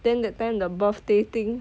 then that time the birthday thing